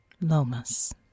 Lomas